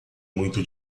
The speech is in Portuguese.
muito